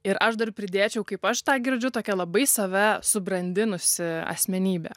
ir aš dar pridėčiau kaip aš tą girdžiu tokia labai save subrandinusi asmenybė